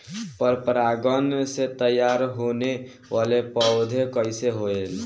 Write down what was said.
पर परागण से तेयार होने वले पौधे कइसे होएल?